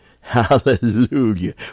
Hallelujah